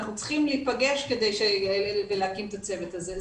אנחנו צריכים להפגש ולהקים את הצוות הזה.